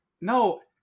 No